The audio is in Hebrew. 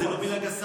זאת לא מילה גסה.